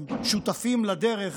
שותפים לדרך.